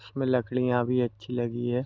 उसमें लकड़ियाँ भी अच्छी लगी है